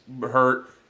hurt